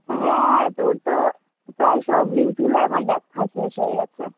হ্যাঁ তোর তো প্রায় সব রিল তুলে আমার দেখা শেষ হয়ে গেছে